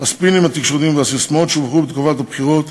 הספינים התקשורתיים והססמאות שהופרחו בתקופת הבחירות,